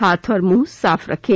हाथ और मुंह साफ रखें